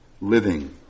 living